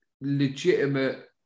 legitimate